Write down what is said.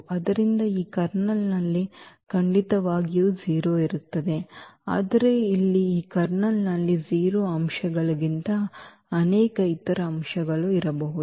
ಆದ್ದರಿಂದ ಈ ಕರ್ನಲ್ನಲ್ಲಿ ಖಂಡಿತವಾಗಿಯೂ 0 ಇರುತ್ತದೆ ಆದರೆ ಇಲ್ಲಿ ಈ ಕರ್ನಲ್ನಲ್ಲಿ 0 ಅಂಶಗಳಿಗಿಂತ ಅನೇಕ ಇತರ ಅಂಶಗಳು ಇರಬಹುದು